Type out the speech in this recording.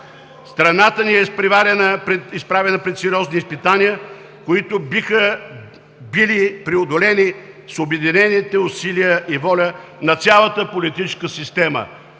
Страната ни е изправена пред сериозни изпитания, които биха били преодолени с обединените усилия и воля на цялата политическа система